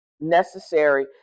necessary